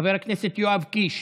חבר הכנסת יואב קיש,